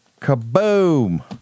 Kaboom